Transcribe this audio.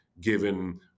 given